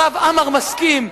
הרב עמאר מסכים.